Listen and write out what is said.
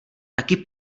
taky